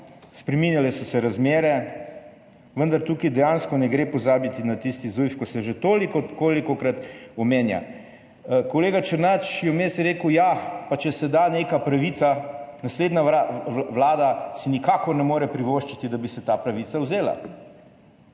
Spreminjale so se razmere, vendar tukaj dejansko ne gre pozabiti na tisti Zujf, ki se ga že tolikokrat omenja. Kolega Černač je vmes rekel, ja, pa če se da neka pravica, naslednja vlada si nikakor ne more privoščiti, da bi se ta pravica vzela.